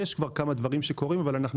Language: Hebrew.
כבר יש כמה דברים שקורים אבל אנחנו